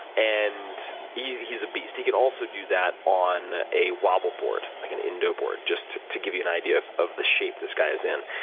and he's a beast. he can also do that on a wobble board, like an indo board, just to give you an idea of of the shape this guy is in.